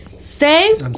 say